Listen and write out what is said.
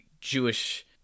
Jewish